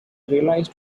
realised